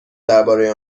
درباره